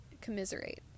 commiserate